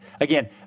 Again